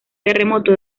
terremoto